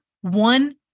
one